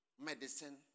medicine